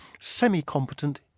semi-competent